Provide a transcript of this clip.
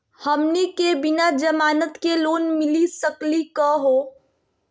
हमनी के बिना जमानत के लोन मिली सकली क हो?